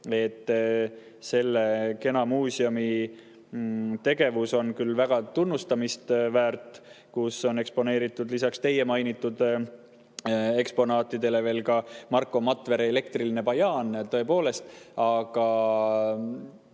et selle kena muuseumi tegevus on küll väga tunnustamist väärt, seal on eksponeeritud lisaks teie mainitud eksponaatidele veel ka Marko Matvere elektriline bajaan, tõepoolest, aga